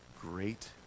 great